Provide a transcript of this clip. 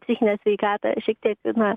psichinę sveikatą šiek tiek na